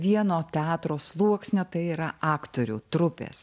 vieno teatro sluoksnio tai yra aktorių trupės